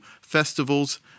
festivals